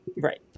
Right